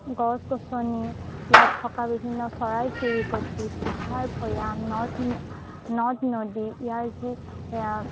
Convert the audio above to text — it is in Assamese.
গছ গছনি ইয়াত থকা বিভিন্ন চৰাই চিৰিকতি পাহাৰ ভৈয়াম নদ নদ নদী ইয়াৰ যি